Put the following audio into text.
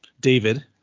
david